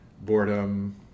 boredom